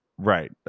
Right